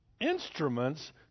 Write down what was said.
instruments